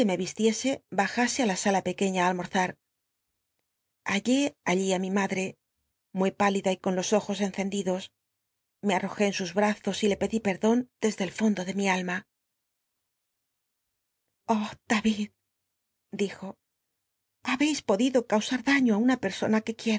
iese bajase i la sala pequeña í almorzar hallé al lí i mi ma lrc muy prili da con los ojos encendidos l e arrojé en sus lwnzos y le pcdi perdon desde el fondo de mi alma i ah darid dijo bah i podido cnu ar daiio i una pcr ona que